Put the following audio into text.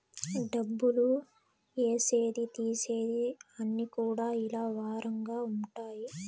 డబ్బులు ఏసేది తీసేది అన్ని కూడా ఇలా వారంగా ఉంటాయి